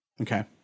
Okay